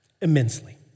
immensely